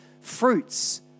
fruits